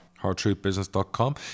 Hardtruthbusiness.com